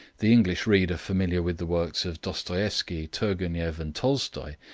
the english reader familiar with the works of dostoieffsky, turgenev, and tolstoi,